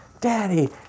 Daddy